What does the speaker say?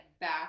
back